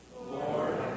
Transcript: Lord